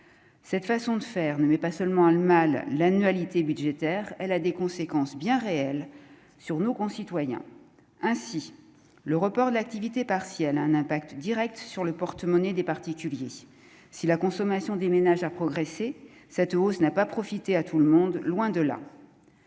cette façon de faire, ne met pas seulement le mal l'annualité budgétaire, elle a des conséquences bien réelles sur nos concitoyens ainsi le report de l'activité partielle un impact Direct sur le porte-monnaie des particuliers, si la consommation des ménages a progressé cette hausse n'a pas profité à tout le monde, loin de là,